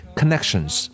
connections